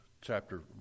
chapter